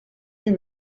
huit